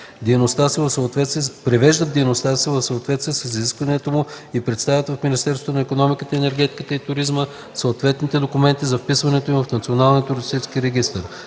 привеждат дейността си в съответствие с изискванията му и представят в Министерството на икономиката, енергетиката и туризма съответните документи за вписването им в